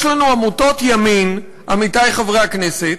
יש לנו עמותות ימין, עמיתי חברי הכנסת,